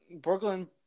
Brooklyn –